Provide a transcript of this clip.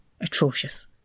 Atrocious